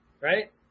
Right